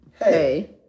Hey